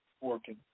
working